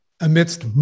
amidst